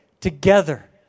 together